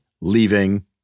leaving